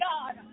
God